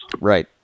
Right